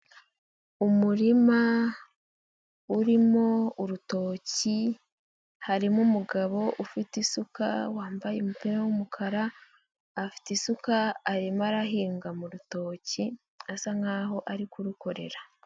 Umurima urimo urutoki, harimo umugabo ufite isuka wambaye umupira w'umukara, afite isuka arimo arahinga mu rutoki asa nkaho ari kurukorera.